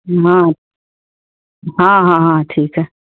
ہاں ہاں ہاں ہاں ٹھیک ہے